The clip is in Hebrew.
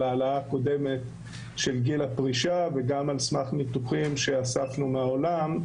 ההעלאה הקודמת של גיל הפרישה וגם על סמך ניתוחים שאספנו מהעולם,